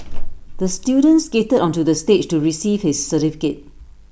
the student skated onto the stage to receive his certificate